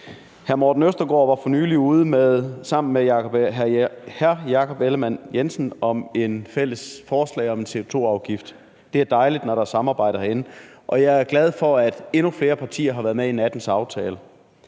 Hr. Morten Østergaard var for nylig ude sammen med hr. Jakob Ellemann-Jensen om et fælles forslag om en CO2-afgift. Det er dejligt, når der er samarbejde herinde, og jeg er glad for, at endnu flere partier har været med i nattens aftale.